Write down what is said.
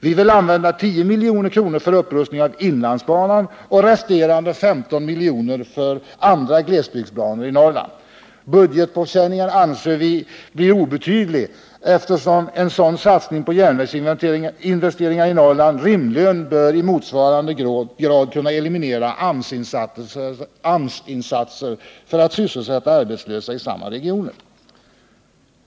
Vi vill använda 10 milj.kr. för upprustning av inlandsbanan och resterande 15 milj.kr. för andra glesbygdsbanor i Norrland. Budgetpåkänningen anser vi blir obetydlig eftersom en sådan satsning på järnvägsinvesteringar i Norrland rimligen i motsvarande grad bör kunna eliminera AMS-insatser för att sysselsätta arbetslösa i samma regioner.